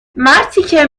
مرتیکه